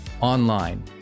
online